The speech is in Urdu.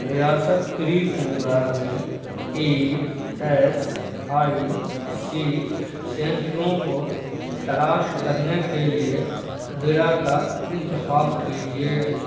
ریاست تریپورہ میں ای ایس آئی سی سینٹروں کو تلاش کرنے کے لیے ضلع کا انتخاب کیجیے